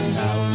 now